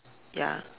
ya